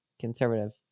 conservative